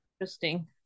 Interesting